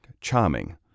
Charming